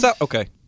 okay